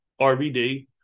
RVD